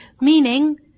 meaning